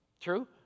True